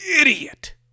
idiot